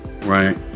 Right